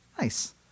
nice